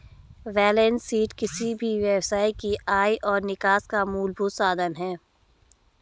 balance sheet किसी भी व्यवसाय के आय और निकास का मूलभूत साधन है